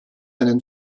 einen